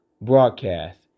Broadcast